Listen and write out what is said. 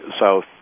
South